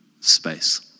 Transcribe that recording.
space